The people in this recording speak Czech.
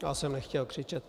Já jsem nechtěl křičet.